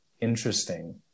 interesting